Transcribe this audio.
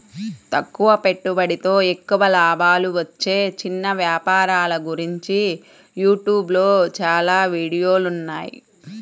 తక్కువ పెట్టుబడితో ఎక్కువ లాభాలు వచ్చే చిన్న వ్యాపారాల గురించి యూట్యూబ్ లో చాలా వీడియోలున్నాయి